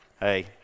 hey